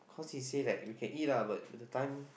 cause he say like we can lah but but the time